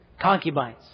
concubines